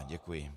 Děkuji.